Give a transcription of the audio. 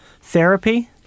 therapy